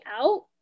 out